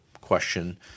question